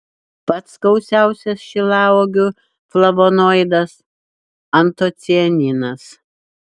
pats gausiausias šilauogių flavonoidas antocianinas